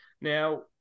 Now